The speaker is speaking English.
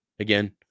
Again